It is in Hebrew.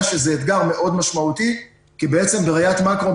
שזה אתגר מאוד משמעותי כי בעצם בראיית מקרו,